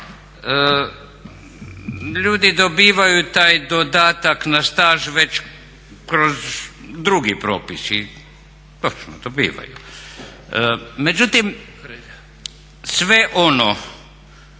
ljudi dobivaju taj dodatak na staž već kroz drugi propis i točno, dobivaju. Međutim, sve ono